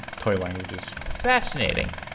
toy languages. fascinating.